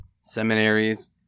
seminaries